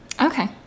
Okay